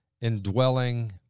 indwelling